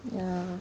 ya